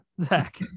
Zach